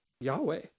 Yahweh